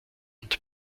und